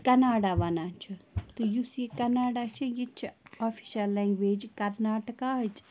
کَناڑا وَنان چھُ تہٕ یُس یہِ کَناڑا چھِ یہِ تہِ چھِ آفِشَل لینٛگویج کَرناٹکاہٕچ